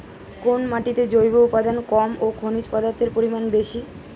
কোন মাটিতে জৈব উপাদান কম ও খনিজ পদার্থের পরিমাণ বেশি?